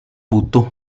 butuh